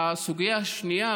והסוגיה השנייה,